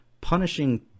punishing